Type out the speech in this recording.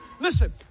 Listen